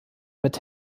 mit